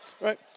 Right